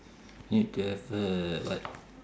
you need to have a what